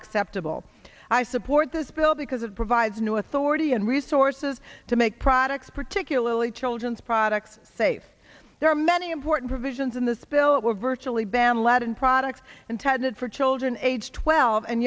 acceptable i support this bill because it provides new authority and resources to make products particularly children's products safe there are many important provisions in the spill it will virtually ban lead in products intended for children aged twelve and